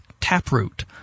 taproot